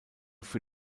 für